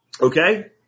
Okay